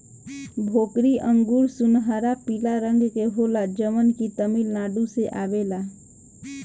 भोकरी अंगूर सुनहरा पीला रंग के होला जवन की तमिलनाडु से आवेला